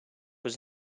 was